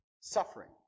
suffering